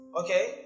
okay